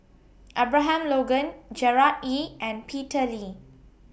Abraham Logan Gerard Ee and Peter Lee